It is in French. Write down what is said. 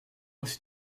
être